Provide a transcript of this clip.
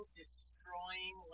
destroying